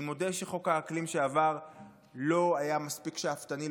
אני מודה שחוק האקלים שעבר לא היה מספיק שאפתני,